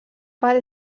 part